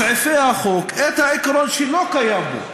ואנחנו רוצים פשוט להוסיף לסעיפי החוק את העיקרון שלא קיים בו,